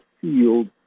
field